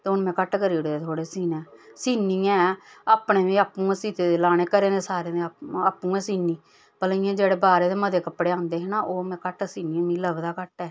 बड़े सीना सीनी में आं अपने में आपूं सीते दे लाने घरै दे सारे में आपूं गै सीनी भलां इ'यां में पैह्ले मते कपड़े आंदे हे ना ते हून में घट्ट सीनी मिगी लभदा घट्ट ऐ